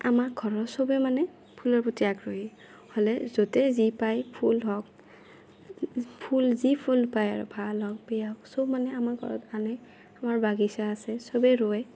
আমাৰ ঘৰৰ চবে মানে ফুলৰ প্ৰতি আগ্ৰহী হ'লে যতে যি পায় ফুল হওক ফুল যি ফুল পায় আৰু ভাল হওক বেয়া হওক চব মানে আমাৰ ঘৰত আনে আমাৰ বাগিচা আছে চবে ৰোৱে